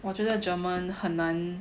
我觉得 German 很难